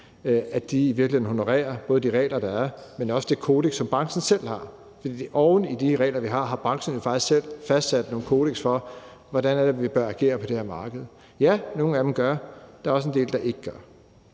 i virkeligheden honorerer både de regler, der er, men også det kodeks, som branchen selv har – for oven i de regler, vi har, har branchen jo faktisk selv fastsat nogle kodekser for, hvordan det er, vi bør agere på det her marked? Ja, nogle af dem gør, men der er også en del, der ikke gør.